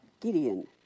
Gideon